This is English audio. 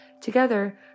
Together